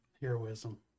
Heroism